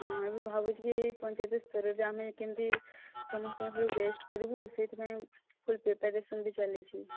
ହଁ ଏବେ ଭାବୁଛି କି ଏହି ପଞ୍ଚାୟତସ୍ତରରେ ଆମେ କେମିତି ସମସ୍ତଙ୍କ ଠାରୁ ବେଷ୍ଟ କରିବୁ ସେଇଥିପାଇଁ ଫୁଲ୍ ପ୍ରିପାରେସନ୍ ବି ଚାଲିଛି